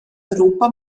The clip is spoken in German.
europa